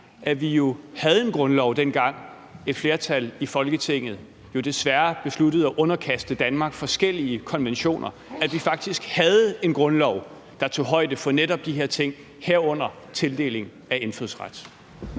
at vi jo havde en grundlov, dengang et flertal i Folketinget desværre besluttede at underkaste Danmark forskellige konventioner, altså at vi faktisk havde en grundlov, der tog højde for netop de her ting, herunder tildeling af indfødsret?